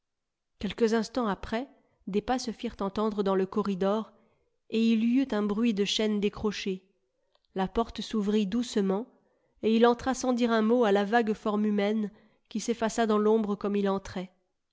quelques instants après des pas se firent entendre dans le corridor et il y eut un bruit de chaînes décrochées la porte s'ouvrit doucement et il entra sans dire un mot à la vague forme humaine qui sef faça dans l'ombre comme il entrait